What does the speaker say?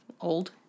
Old